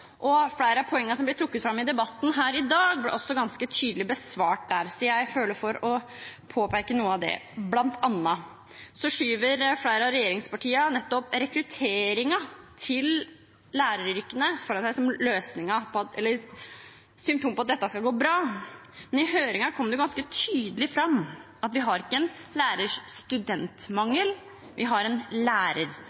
og godt engasjement. Flere av poengene som blir trukket fram i debatten her i dag, ble også ganske tydelig besvart der, og jeg føler for å påpeke noen av dem, bl.a. at flere av regjeringspartiene skyver rekrutteringen til læreryrkene foran seg som et symptom på at dette skal gå bra. Men i høringen kom det ganske tydelig fram at vi ikke har en lærerstudentmangel, men en